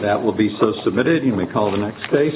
that will be so submitted you may call the next day